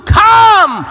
come